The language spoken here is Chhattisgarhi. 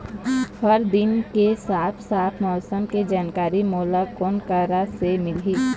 हर दिन के साफ साफ मौसम के जानकारी मोला कोन करा से मिलही?